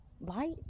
light